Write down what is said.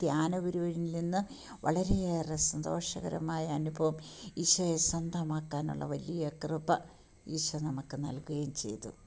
ധ്യാനഗുരുവിൽ നിന്ന് വളരെയേറെ സന്തോഷകരമായ അനുഭവം ഈശോയെ സ്വന്തമാക്കാനുള്ള വലിയ കൃപ ഈശോ നമുക്ക് നൽകുകയും ചെയ്തു